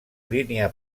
línia